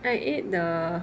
I ate the